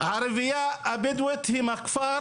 הערבייה הבדואית היא מהכפר